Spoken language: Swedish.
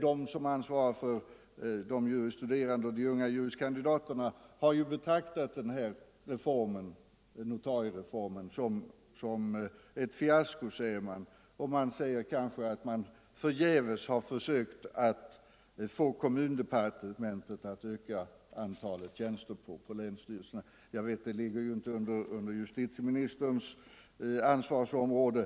De som ansvarar för de juris studerande och de unga juris kandidaterna har ju betraktat denna notariereform som ett fiasko. Man säger att man förgäves försökt att få kommundepartementet att öka antalet tjänster på länsstyrelserna. Jag vet att detta inte ligger under justitieministerns ansvarsområde.